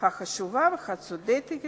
החשובה והצודקת